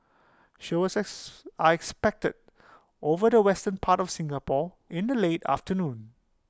showers S are expected over the western part of Singapore in the late afternoon